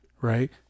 Right